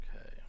Okay